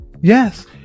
yes